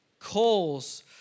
calls